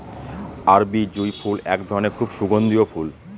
আরবি জুঁই ফুল এক ধরনের খুব সুগন্ধিও ফুল